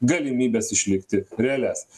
galimybes išlikti realias